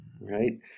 right